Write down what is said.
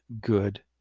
good